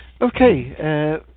Okay